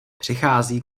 přichází